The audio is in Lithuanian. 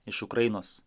iš ukrainos